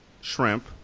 shrimp